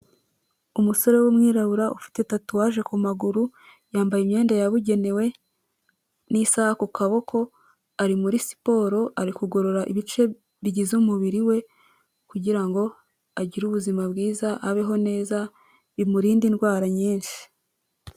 Umusore w'umwirabura ufite tatuwaje ku maguru, yambaye imyenda yabugenewe n'isaha ku kaboko, ari muri siporo ari kugorora ibice bigize umubiri we kugira ngo agire ubuzima bwiza, abeho neza bimurinde indwara nyinshi.